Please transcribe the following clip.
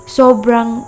sobrang